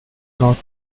not